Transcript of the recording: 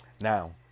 Now